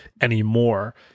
anymore